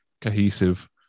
cohesive